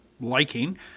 liking